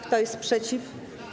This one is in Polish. Kto jest przeciw?